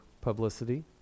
publicity